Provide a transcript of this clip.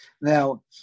Now